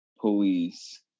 police